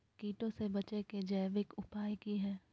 कीटों से बचे के जैविक उपाय की हैय?